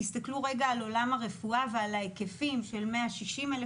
תסתכלו על עולם הרפואה ועל ההיקפים של 160,000